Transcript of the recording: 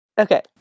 Okay